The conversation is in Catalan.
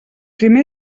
primer